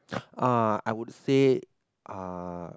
uh I would say uh